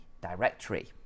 directory